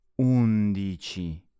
Undici